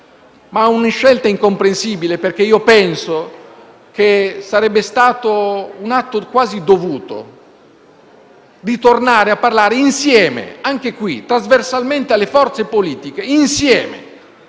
È una scelta incomprensibile, perché penso che sarebbe stato un atto quasi dovuto tornare a parlare insieme, anche qui, trasversalmente alle forze politiche, della